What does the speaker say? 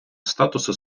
статусу